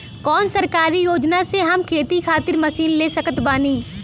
कौन सरकारी योजना से हम खेती खातिर मशीन ले सकत बानी?